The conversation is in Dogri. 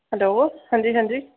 हैलो हां जी हां जी